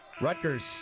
Rutgers